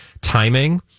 timing